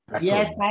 Yes